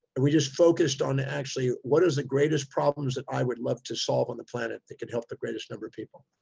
we just focused on actually, what is the greatest problems that i would love to solve on the planet that could help the greatest number of people?